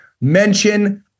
Mention